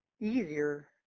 easier